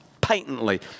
patently